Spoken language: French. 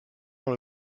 dans